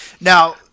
Now